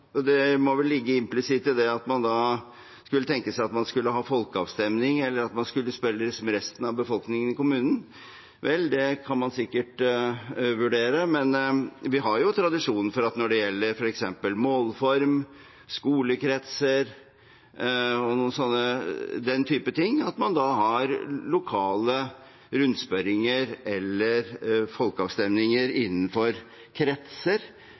Det må vel ligge implisitt i det at man da kunne tenke seg at man skulle ha folkeavstemning, eller at man skulle spørre resten av befolkningen i kommunen. Vel, det kan man sikkert vurdere, men vi har jo tradisjon for at når det gjelder f.eks. målform, skolekretser og den type ting, har man lokale rundspørringer eller folkeavstemninger innenfor kretser